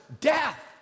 death